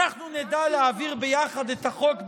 אנחנו נדע להעביר ביחד את החוק במהירות,